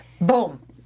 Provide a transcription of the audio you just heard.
Boom